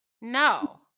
No